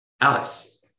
Alex